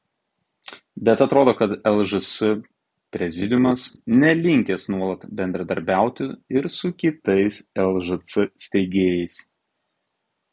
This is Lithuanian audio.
bet atrodo kad lžs prezidiumas nelinkęs nuolat bendradarbiauti ir su kitais lžc steigėjais